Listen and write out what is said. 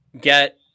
get